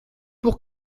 pour